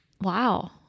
Wow